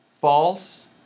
False